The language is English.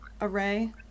array